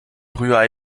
rührei